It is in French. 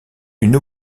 une